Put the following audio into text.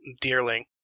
deerling